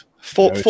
Four